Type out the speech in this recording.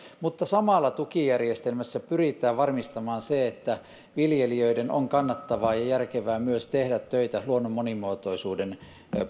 mutta samalla tukijärjestelmässä pyritään varmistamaan se että viljelijöiden on kannattavaa ja ja järkevää tehdä töitä myös luonnon monimuotoisuuden